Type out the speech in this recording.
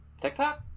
TikTok